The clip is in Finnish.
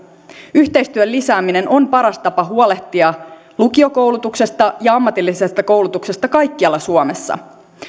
yhteistyön lisääminen on paras tapa huolehtia lukiokoulutuksesta ja ammatillisesta koulutuksesta kaikkialla suomessa